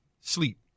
sleep